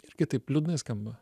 irgi taip liūdnai skamba